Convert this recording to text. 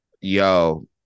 Yo